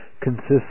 consists